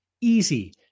Easy